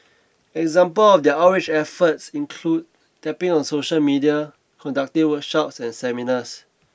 examples of their outreach efforts include tapping on social media conducting workshops and seminars